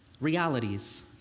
realities